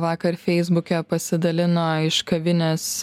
vakar feisbuke pasidalino iš kavinės